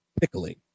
pickling